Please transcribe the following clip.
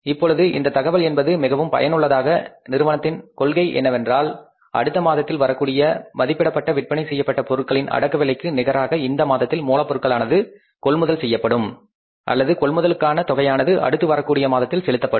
இப்பொழுது இந்த தகவல் என்பது மிகவும் பயனுள்ளது நிறுவனத்தின் கொள்கை என்னவென்றால் அடுத்த மாதத்தில் வரக்கூடிய மதிப்பிடப்பட்ட விற்பனை செய்யப்பட்ட பொருட்களின் அடக்க விலைக்கு நிகராக இந்த மாதத்தில் மூலப்பொருட்களானது கொள்முதல் செய்யப்படும் அல்லது கொள்முதலுக்கான தொகையானது அடுத்து வரக்கூடிய மாதத்தில் செலுத்தப்படும்